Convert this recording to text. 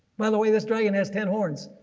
by the way this dragon has ten horns.